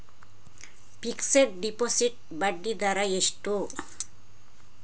Fixed deposit ಬಡ್ಡಿ ದರ ಎಷ್ಟು?